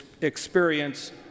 experience